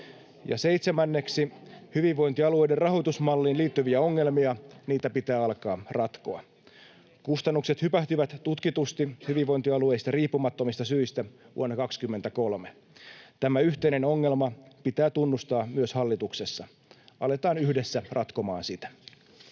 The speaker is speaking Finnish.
Ja seitsemänneksi: Hyvinvointialueiden rahoitusmalliin liittyviä ongelmia pitää alkaa ratkoa. Kustannukset hypähtivät tutkitusti hyvinvointialueista riippumattomista syistä vuonna 23. Tämä yhteinen ongelma pitää tunnustaa myös hallituksessa. Aletaan yhdessä ratkomaan sitä.